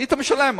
היית משלם,